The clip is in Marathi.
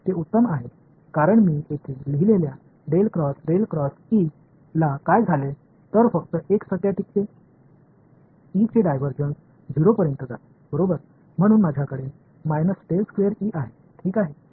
तर आमच्यासाठी ते उत्तम आहे कारण मी येथे लिहिलेल्या ला काय झाले तर फक्त एक संज्ञा टिकते ईचे डायव्हर्जन्स 0 पर्यंत जाते बरोबर म्हणून माझ्याकडे आहे ठीक आहे